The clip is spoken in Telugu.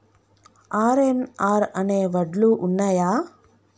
ఆర్.ఎన్.ఆర్ అనే వడ్లు ఉన్నయా?